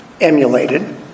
emulated